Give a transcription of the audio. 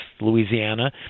Louisiana